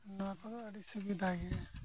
ᱱᱚᱣᱟ ᱠᱚᱫᱚ ᱟᱹᱰᱤ ᱥᱩᱵᱤᱫᱷᱟ ᱜᱮᱭᱟ